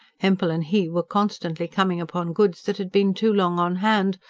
hempel and he were constantly coming upon goods that had been too long on hand,